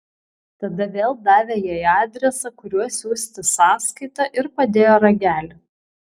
tada vėl davė jai adresą kuriuo siųsti sąskaitą ir padėjo ragelį